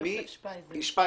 בבקשה.